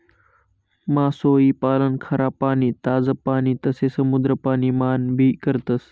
मासोई पालन खारा पाणी, ताज पाणी तसे समुद्रान पाणी मान भी करतस